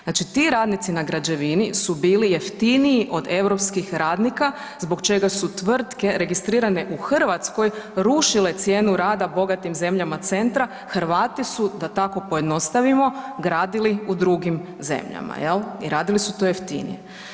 Znači ti radnici na građevini su bili jeftiniji od europskih radnika zbog čega su tvrtke registrirane u Hrvatskoj rušile cijenu rada bogatim zemljama centra, Hrvati su da tako pojednostavimo gradili u drugim zemljama, jel, i radili su to jeftinije.